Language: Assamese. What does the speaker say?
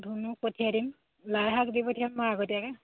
ধুনুক পঠিয়াই দিম লাইশাক দি পঠিয়াম মই আগতীয়াকৈ